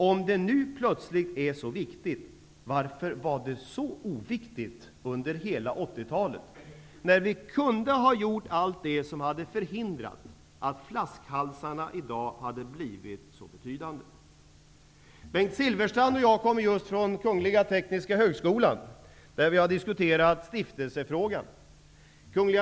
Om det nu plötsligt är så viktigt, varför var det så oviktigt under hela 80 talet, då vi kunde ha gjort allt som hade förhindrat att flaskhalsarna i dag hade blivit så betydande? Bengt Silfverstrand och jag kom just från Kungl. Tekniska högskolan, där vi diskuterade stiftelsefrågor. Kung.